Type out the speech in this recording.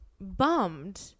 bummed